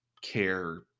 care